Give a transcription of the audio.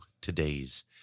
today's